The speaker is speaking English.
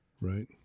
right